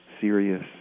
serious